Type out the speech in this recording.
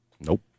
Nope